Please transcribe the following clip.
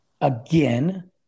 again